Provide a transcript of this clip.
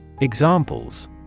Examples